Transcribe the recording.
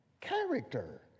Character